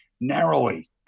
Narrowly